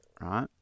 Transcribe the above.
right